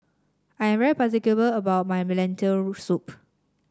I'm particular about my Lentil Soup